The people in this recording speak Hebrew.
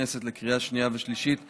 חוק למניעת הפצה ומימון של נשק להשמדה המונית,